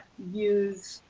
use,